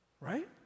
right